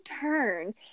turn